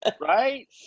Right